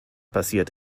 passiert